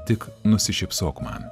tik nusišypsok man